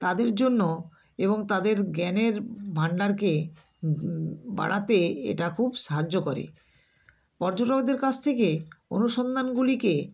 তাদের জন্য এবং তাদের জ্ঞানের ভাণ্ডারকে বাড়াতে এটা খুব সাহায্য করে পর্যটকদের কাছ থেকে অনুসন্ধানগুলিকে